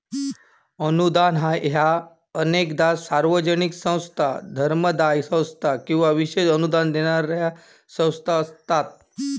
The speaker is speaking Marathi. अनुदान ह्या अनेकदा सार्वजनिक संस्था, धर्मादाय संस्था किंवा विशेष अनुदान देणारा संस्था असता